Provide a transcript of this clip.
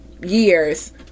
years